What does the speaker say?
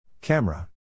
Camera